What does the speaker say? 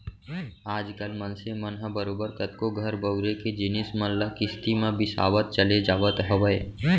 आज कल मनसे मन ह बरोबर कतको घर बउरे के जिनिस मन ल किस्ती म बिसावत चले जावत हवय